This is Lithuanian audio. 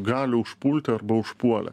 gali užpulti arba užpuolė